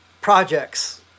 projects